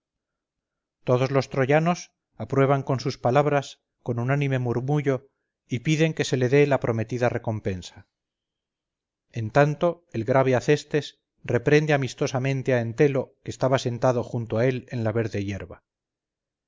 todos los troyanos aprueban sus palabras con unánime murmullo y piden que se le dé la prometida recompensa en tanto el grave acestes reprende amistosamente a entelo que estaba sentado junto a él en la verde hierba